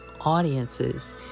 audiences